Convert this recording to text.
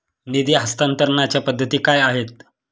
निधी हस्तांतरणाच्या पद्धती काय आहेत?